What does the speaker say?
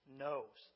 knows